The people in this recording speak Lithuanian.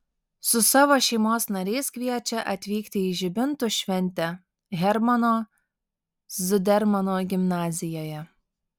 su savo šeimos nariais kviečia atvykti į žibintų šventę hermano zudermano gimnazijoje